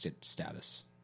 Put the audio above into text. status